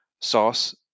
sauce